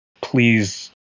Please